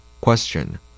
Question